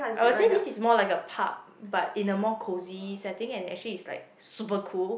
I will say this is more like a pub but in a more cozy setting and actually is like super cool